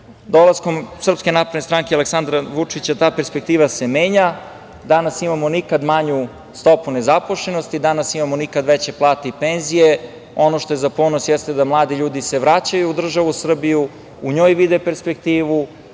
perspektive. Dolaskom SNS i Aleksandra Vučića ta perspektiva se menja, danas imamo nikad manju stopu nezaposlenosti, danas imamo nikad veće plate i penzije. Ono što je za ponos jeste da se mladi ljudi vraćaju u državu Srbiju, u njoj vide perspektivu.